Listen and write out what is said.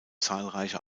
zahlreiche